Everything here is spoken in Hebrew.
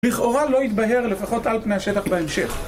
לכאורה לא יתבהר לפחות על פני השטח בהמשך